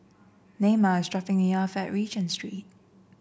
Naima is dropping me off at Regent Street